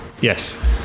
Yes